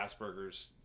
Asperger's